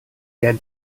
der